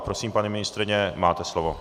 Prosím, paní ministryně, máte slovo.